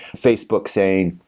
facebook saying,